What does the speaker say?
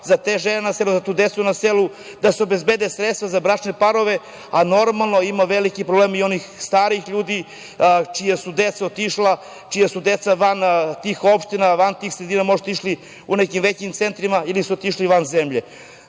za žene i decu na selu, da se obezbede sredstva za bračne parove. Normalno, ima velikih problema i kod starih ljudi, čija su deca otišla, čija su deca van tih opština i van tih sredina, koja su otišla po nekim većim centrima ili su otišli van zemlje. Zbog